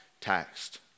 taxed